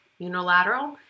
unilateral